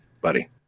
Buddy